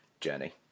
journey